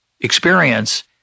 experience